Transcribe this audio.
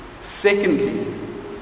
Secondly